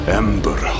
ember